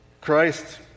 Christ